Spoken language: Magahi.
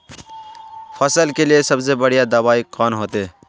फसल के लिए सबसे बढ़िया दबाइ कौन होते?